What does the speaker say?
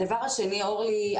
אורלי,